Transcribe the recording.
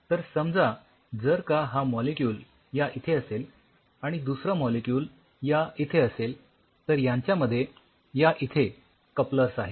तर समजा जर का हा मॉलिक्यूल या इथे असेल आणि दुसरा मॉलिक्यूल या इथे असेल तर यांच्यामध्ये या इथे कपलर्स आहेत